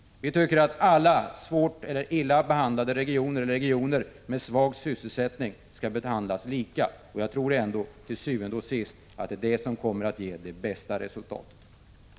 Vi tycker att illa behandlade regioner eller regioner med svag sysselsättning skall behandlas lika. Jag tror ändå, til syvende og sidst, att det ger det bästa resultatet.